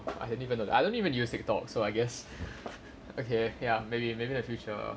I don't even n~ I don't even use TikTok so I guess okay ya maybe maybe in future